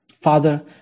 Father